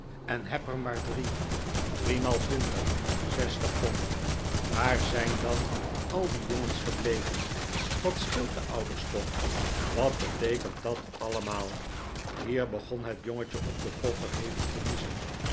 en heb er maar drie driemaal twintig zestig pond waar zijn dan al de jongens gebleven wat scheelt de ouders toch wat beteekent dat allemaal hier begon het jongetje op den koffer hevig te niezen